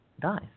dies